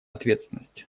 ответственность